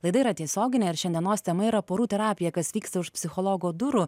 laida yra tiesioginė ir šiandienos tema yra porų terapija kas vyksta už psichologo durų